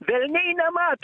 velniai nemato